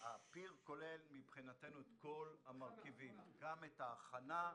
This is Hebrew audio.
מבחינתנו הפיר כולל את כל המרכיבים, גם את ההכנה.